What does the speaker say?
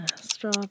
Straw